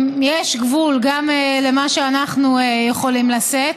יש גבול גם למה שאנחנו יכולים לשאת.